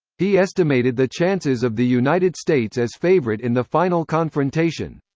he estimated the chances of the united states as favorite in the final confrontation